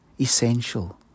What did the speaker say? essential